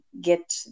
get